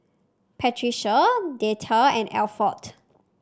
Patricia Deetta and Alford